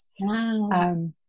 Wow